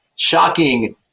Shocking